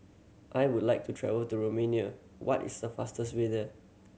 I would like to travel to Romania what is the fastest way there